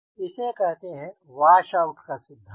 इसे कहते हैं वाशआउट का सिद्धांत